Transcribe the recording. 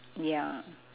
ya